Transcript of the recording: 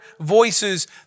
voices